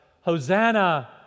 Hosanna